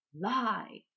Lie